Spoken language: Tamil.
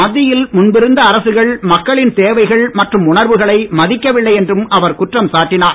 மத்தியில் முன்பிருந்த அரசுகள் மக்களின் தேவைகள் மற்றும் உணர்வுகளை மதிக்கவில்லை என்றும் அவர் குற்றம் சாட்டினார்